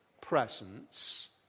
presence